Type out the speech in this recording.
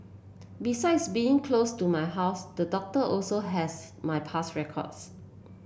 besides being close to my house the doctor also has my past records